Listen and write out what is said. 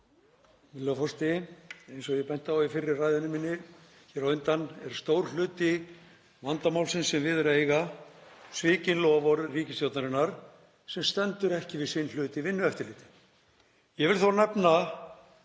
forseti. Eins og ég benti á í fyrri ræðu minni hér á undan er stór hluti vandamálsins sem við er að eiga svikin loforð ríkisstjórnarinnar sem stendur ekki við sinn hlut í vinnueftirliti. Ég vil þó nefna